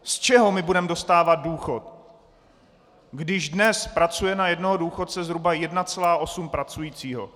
Z čeho budeme dostávat důchod, když dnes pracuje na jednoho důchodce zhruba 1,8 pracujícího?